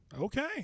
Okay